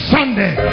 Sunday